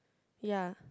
ya